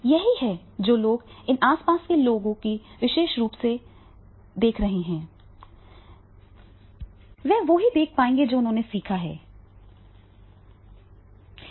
यही है जो लोग इन आस पास के लोगों को विशेष रूप से देख रहे हैं वे वही दिखा पाएंगे जो उन्होंने सीखा है